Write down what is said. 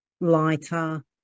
lighter